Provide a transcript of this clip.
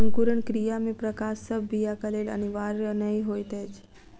अंकुरण क्रिया मे प्रकाश सभ बीयाक लेल अनिवार्य नै होइत अछि